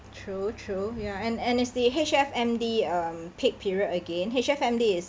true true ya and and it's the H_F_M_D um peak period again H_F_M_D is